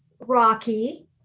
rocky